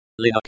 Linux